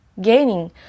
gaining